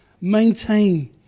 maintain